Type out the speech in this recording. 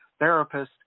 therapists